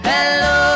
Hello